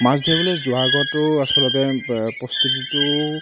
মাছ ধৰিবলৈ যোৱা আগতো আচলতে প্ৰস্তুতিটো